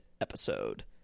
episode